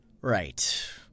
Right